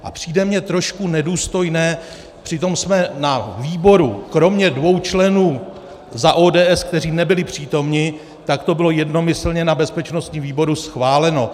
A přijde mi trošku nedůstojné přitom na výboru kromě dvou členů za ODS, kteří nebyli přítomni, to bylo jednomyslně na bezpečnostním výboru schváleno.